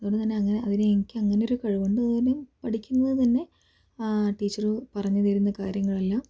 അതുകൊണ്ടുതന്നെ അങ്ങനെ അതിനെ എനിക്ക് അങ്ങനെയോരു കഴിവുണ്ട് തന്നെ പഠിക്കുന്നത് തന്നെ ടീച്ചറ് പറഞ്ഞു തരുന്ന കാര്യങ്ങളെല്ലാം